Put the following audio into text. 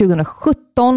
2017